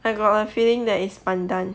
I got a feeling that is pandan